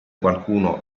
qualcuno